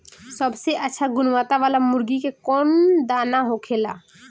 सबसे अच्छा गुणवत्ता वाला मुर्गी के कौन दाना होखेला?